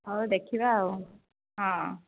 ହଉ ଦେଖିବା ଆଉ ହଁ